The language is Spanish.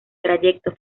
trayecto